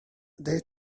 they